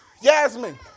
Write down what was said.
Yasmin